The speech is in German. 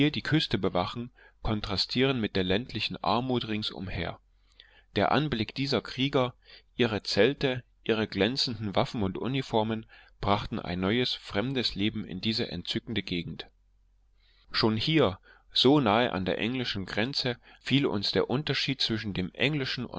die küste bewachen kontrastieren mit der ländlichen anmut rings umher der anblick dieser krieger ihre zelte ihre glänzenden waffen und uniformen brachten ein neues fremdes leben in diese entzückende gegend schon hier so nahe an der englischen grenze fiel uns der unterschied zwischen dem englischen